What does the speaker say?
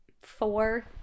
four